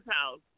house